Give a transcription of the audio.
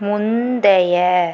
முந்தைய